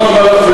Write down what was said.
תודה רבה לך,